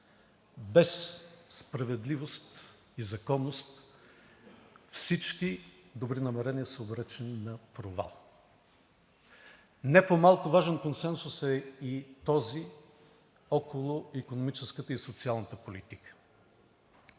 Без справедливост и законност всички добри намерения са обречени на провал. Не по-малко важен е консенсусът около икономическата и социалната политика.